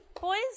boys